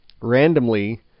randomly